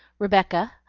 rebecca.